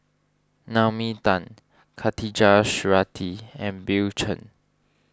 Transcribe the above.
Naomi Tan Khatijah Surattee and Bill Chen